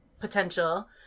potential